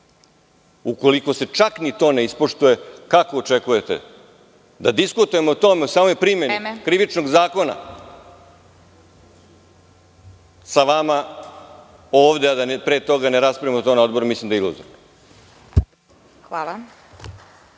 Ukoliko se čak ni to ne ispoštuje, kako očekujete da diskutujemo o tome u samoj primeni Krivičnog zakona sa vama ovde, a da pre toga ne raspravljamo o tome na odboru? Mislim da je to